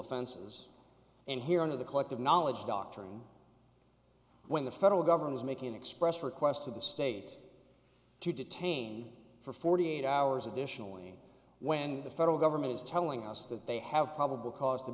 offenses and here in the collective knowledge doctrine when the federal government is making an express request to the state to detain for forty eight hours additionally when the federal government is telling us that they have probable cause to